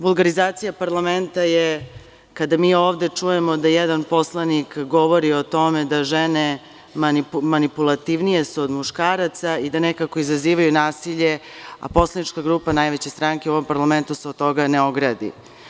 Vulgarizacija parlamenta je kada mi ovde čujemo da jedan poslanik govori o tome da su žene manipulativnije od muškaraca, i da nekako izazivaju nasilje, a poslanička grupa najveće stranke u ovom parlamentu se od toga ne ogradi.